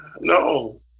no